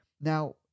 Now